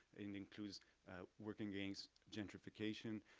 and includes working gangs, gentrification.